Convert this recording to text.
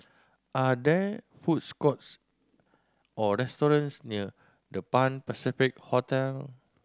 are there foods courts or restaurants near The Pan Pacific Hotel